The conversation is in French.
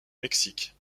mexique